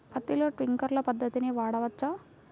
పత్తిలో ట్వింక్లర్ పద్ధతి వాడవచ్చా?